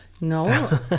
No